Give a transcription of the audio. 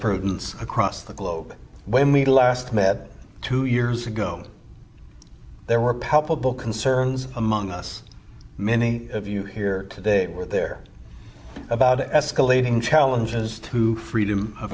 prudence across the globe when we last met two years ago there were palpable concerns among us many of you here today were there about escalating challenges to freedom of